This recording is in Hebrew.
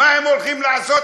מה הם הולכים לעשות?